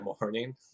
morning